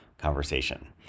conversation